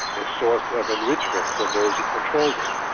a source of enrichment for those who controlled it.